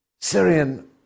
Syrian